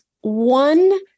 one